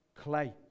clay